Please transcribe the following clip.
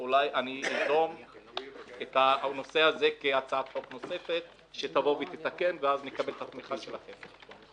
אולי אזום את זה כהצעת חוק נוספת שתתקן ואז נקבל את התמיכה שלכם.